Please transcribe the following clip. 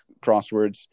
crosswords